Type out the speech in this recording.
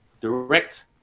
direct